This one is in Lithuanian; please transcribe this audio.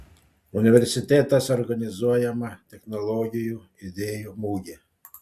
universitetas organizuojama technologijų idėjų mugė